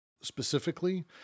specifically